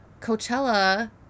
coachella